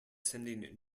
sending